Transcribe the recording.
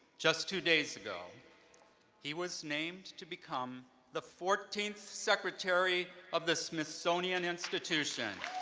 just two days ago he was named to become the fourteenth secretary of the smithsonian institution,